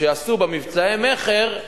שעשו במבצעי מכר,